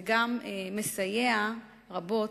זה גם מסייע רבות.